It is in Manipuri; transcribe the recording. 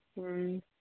ꯎꯝ